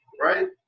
Right